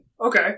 Okay